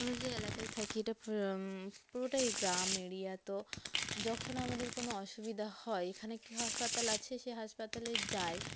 আমি যে এলাকায় থাকি এটা পুরো পুরোটাই গ্রাম এরিয়া তো যখন আমাদের কোনো অসুবিধা হয় এখানে একটি হাসপাতাল আছে সে হাসপাতালে যাই